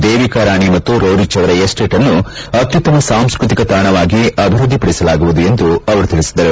ದೇವಿಕ ರಾಣಿ ಮತ್ತು ರೊರಿಚ್ ಅವರ ಎಸ್ಸೇಟ್ ಅನ್ನು ಅತ್ಯುತ್ತಮ ಸಾಂಸ್ನತಿಕ ತಾಣವಾಗಿ ಅಭಿವೃದ್ದಿಪಡಿಸಲಾಗುವುದು ಎಂದು ತಿಳಿಸಿದರು